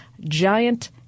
giant